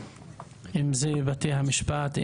אם זה בתי המשפט,